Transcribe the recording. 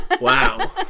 wow